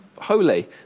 holy